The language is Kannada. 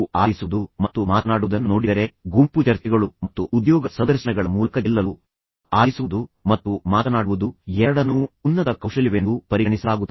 ಆಲಿಸುವುದು ಮತ್ತು ಮಾತನಾಡುವುದನ್ನು ನೋಡಿದರೆ ಗುಂಪು ಚರ್ಚೆಗಳು ಮತ್ತು ಉದ್ಯೋಗ ಸಂದರ್ಶನಗಳ ಮೂಲಕ ಗೆಲ್ಲಲು ಆಲಿಸುವುದು ಮತ್ತು ಮಾತನಾಡುವುದು ಎರಡನ್ನೂ ಉನ್ನತ ಕೌಶಲ್ಯವೆಂದು ಪರಿಗಣಿಸಲಾಗುತ್ತದೆ